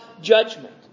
judgment